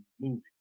movie